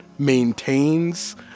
maintains